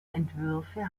entwürfe